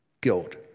guilt